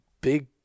big